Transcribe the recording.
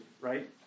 right